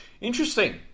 Interesting